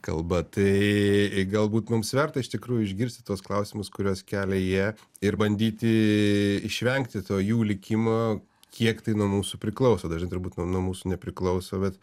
kalba tai galbūt mums verta iš tikrųjų išgirsti tuos klausimus kuriuos kelia jie ir bandyti išvengti to jų likimo kiek tai nuo mūsų priklauso turbūt nuo mūsų nepriklauso bet